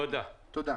תודה.